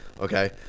Okay